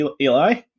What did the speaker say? Eli